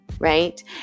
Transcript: Right